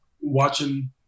watching